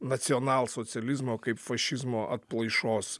nacionalsocializmo kaip fašizmo atplaišos